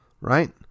right